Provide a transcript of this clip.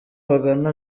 magana